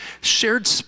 shared